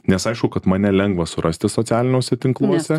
nes aišku kad mane lengva surasti socialiniuose tinkluose